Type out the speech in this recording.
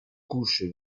couche